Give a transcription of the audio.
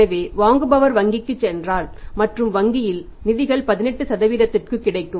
எனவே வாங்குபவர் வங்கிக்குச் சென்றால் மற்றும் வங்கியில் நிதிகள் 18 இக்கு கிடைக்கும்